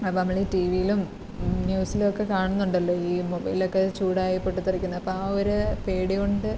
അപ്പോള് നമ്മള് ടി വിയിലും ന്യൂസിലൊക്ക കാണുന്നുണ്ടല്ലോ ഈ മൊബൈലൊക്കെ ചൂടായി പൊട്ടിത്തെറിക്കുന്നപ്പ ആ ഒരു പേടി കൊണ്ട്